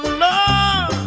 love